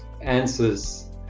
answers